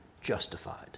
justified